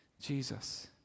Jesus